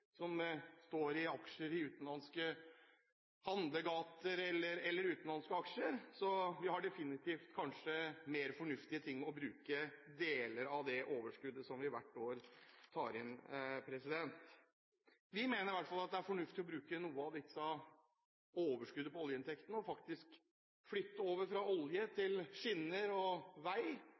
som står i aksjer i utenlandske handlegater eller andre utenlandske aksjer, så vi har kanskje mer fornuftige ting å bruke deler av overskuddet som vi hvert år tar inn, på. Vi mener i hvert fall at det er fornuftig å bruke noe av dette overskuddet på oljeinntektene og faktisk flytte det over fra olje til skinner og vei,